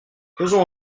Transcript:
faisons